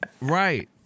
right